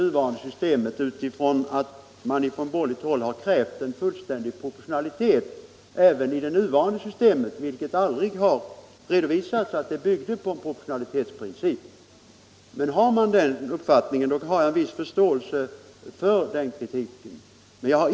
När det från borgerligt håll krävts en fullständig proportionalitet även inom det nuvarande systemet så har det aldrig redovisats att systemet bygger på en proportionalitetsprincip. Men har man den uppfattningen har jag en viss förståelse för den kritiken.